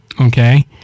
Okay